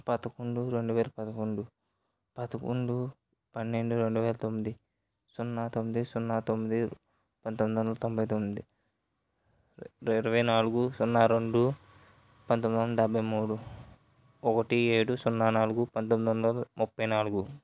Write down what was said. పదకొండు రెండు వేల పదకొండు పదకొండు పన్నెండు రెండు వేల తొమ్మిది సున్నా తొమ్మిది సున్నా తొమ్మిది పంతొమ్మిది వందల తొంభై తొమ్మిది ఇరవై నాలుగు సున్నా రెండు పంతొమ్మిది వందల డెబ్భై మూడు ఒకటి ఏడు సున్నా నాలుగు పంతొమ్మిది వందల ముప్పై నాలుగు